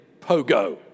Pogo